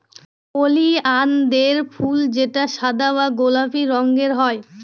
ওলিয়ানদের ফুল যেটা সাদা বা গোলাপি রঙের হয়